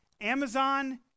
Amazon